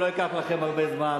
אני לא אקח לכם הרבה זמן,